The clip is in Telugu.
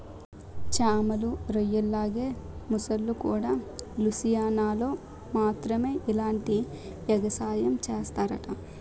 చేమలు, రొయ్యల్లాగే మొసల్లుకూడా లూసియానాలో మాత్రమే ఇలాంటి ఎగసాయం సేస్తరట